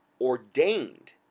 ordained